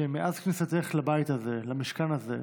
שמאז כניסתך לבית הזה, למשכן הזה,